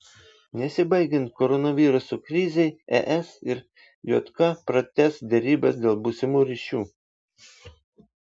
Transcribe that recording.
nesibaigiant koronaviruso krizei es ir jk pratęs derybas dėl būsimų ryšių